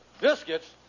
Biscuits